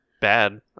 bad